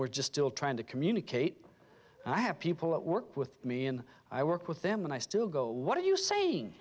we're just still trying to communicate and i have people at work with me and i work with them and i still go what are you saying